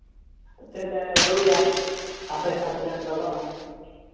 ᱮᱱᱛᱮᱫ ᱞᱮ ᱨᱩᱭᱟ ᱟᱯᱮ ᱥᱟᱶ ᱛᱮᱞᱮ ᱫᱚᱞᱚᱜᱼᱟ